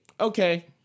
Okay